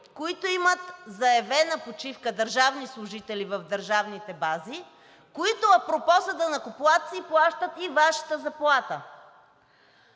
които имат заявена почивка – държавни служители в държавните бази, които апропо са данъкоплатци и плащат и Вашата заплата.